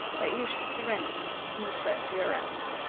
that you should surrender and disperse to your homes.